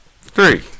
Three